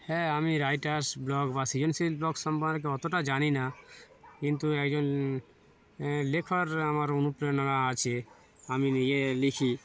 হ্যাঁ আমি writers blog বা সৃজনশীল ব্লগ সম্পর্কে অতটা জানি না কিন্তু একজন লেখার আমার অনুপ্রেরণা আছে আমি নিজে লিখি